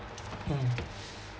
mm